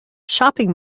shopping